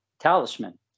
talisman